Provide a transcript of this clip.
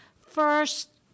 First